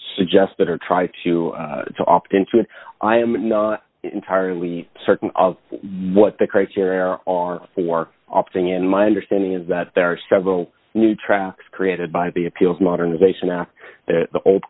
suggested or tried to opt into it i am not entirely certain of what the criteria are are for opting in my understanding is that there are several new tracks created by the appeals modernization act the old